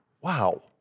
Wow